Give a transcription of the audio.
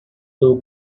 too